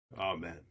Amen